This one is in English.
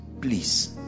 please